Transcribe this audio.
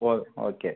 ஓ okay